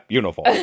uniform